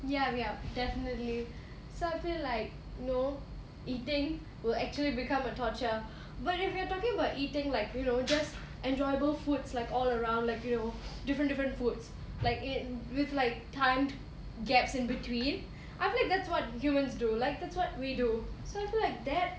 ya yup definitely so I feel like no eating will actually become a torture but if you are talking about eating like know just enjoyable foods like all around like you know different different foods like in with like timed gaps in between I feel like that's what humans do like that's what we do so I feel like that